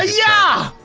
yeah